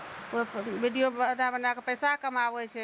कोइ वीडियो बना बनाके पैसा कमाबै छै